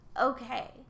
okay